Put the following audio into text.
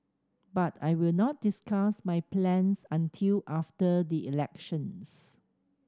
but I will not discuss my plans until after the elections